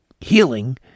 healing